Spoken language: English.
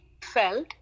felt